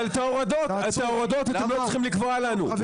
אבל את ההורדות אתם לא צריכים לקבוע לנו,